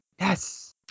Yes